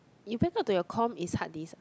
you back up to your comp is hard disk ah